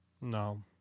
No